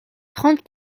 trente